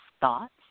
thoughts